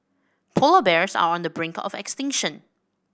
polar bears are on the brink of extinction